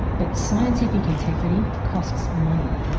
but scientific integrity costs money.